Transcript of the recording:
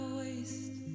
waste